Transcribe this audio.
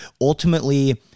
ultimately